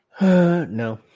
No